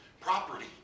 property